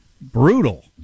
Brutal